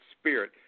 spirit